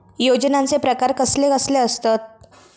योजनांचे प्रकार कसले कसले असतत?